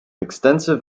extensive